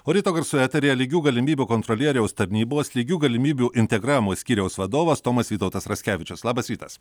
o ryto garsų eteryje lygių galimybių kontrolieriaus tarnybos lygių galimybių integravimo skyriaus vadovas tomas vytautas raskevičius labas rytas